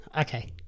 Okay